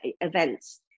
events